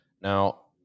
Now